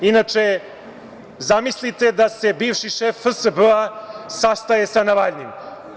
Inače, zamislite da se bivši šef FSB-a, sastaje sa Navaljnim.